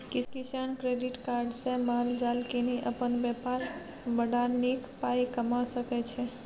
किसान credit card सँ माल जाल कीनि अपन बेपार बढ़ा नीक पाइ कमा सकै छै